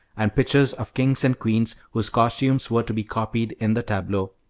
and pictures of kings and queens whose costumes were to be copied in the tableaux.